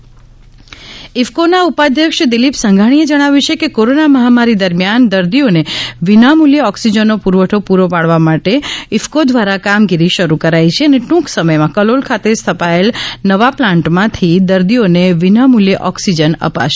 ઇફકો ઇફકોના ઉપાધ્યક્ષ દિલિપ સંઘાણીએ જણાવ્યું છે કે કોરોના મહામારી દરમિયાન દર્દીઓને વિનામુલ્યે ઑક્સીજનનો પુરવઠો પૂરો પાડવા ઇફકો દ્વારા કામગીરી શરૂ કરાઇ છે અને ટૂંક સમથમાં કલોલ ખાતે સ્થપાયેલા નવા પ્લાન્ટમાંથી દર્દીઓને વિનામુલ્ચે ઑક્સીજન અપાશે